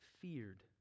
feared